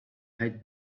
had